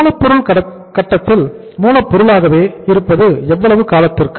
மூலப்பொருள் கட்டத்தில் மூலப்பொருள்களாகவே இருப்பது எவ்வளவு காலத்திற்கு